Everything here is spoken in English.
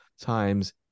times